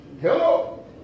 Hello